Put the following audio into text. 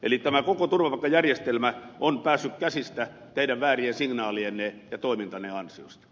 eli tämä koko turvapaikkajärjestelmä on päässyt käsistä teidän väärien signaalienne ja toimintanne ansiosta